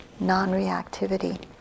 non-reactivity